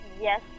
Yes